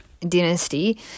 dynasty